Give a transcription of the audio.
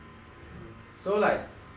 it is a a a shoe that